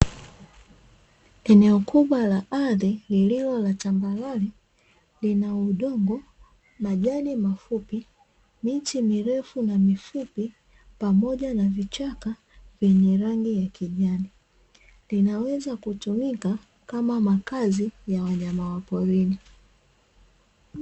Eneo kubwa la ardhi lililo la tambarare lina udongo, majani mafupi, miche mirefu na mifupi pamoja na vichaka vyenye rangi ya kijani. Vinaweza kutumika kama makazi ya wanyama wa porini.